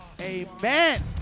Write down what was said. Amen